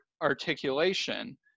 articulation